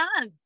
on